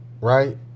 right